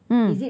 mm